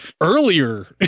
earlier